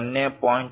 18 ಮಿ